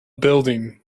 building